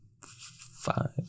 five